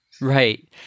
right